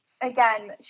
again